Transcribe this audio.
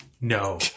no